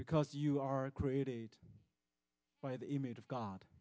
because you are created by the maid of god